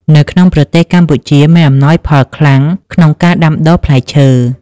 នៅក្នុងប្រទេសកម្ពុជាមាន អំណោយផលខ្លាំង ក្នុងការដាំដុះផ្លែឈើ។